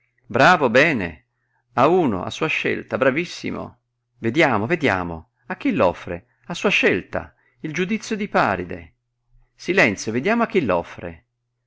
bravo bene a uno a sua scelta bravissimo vediamo vediamo a chi l'offre a sua scelta il giudizio di paride silenzio vediamo a chi l'offre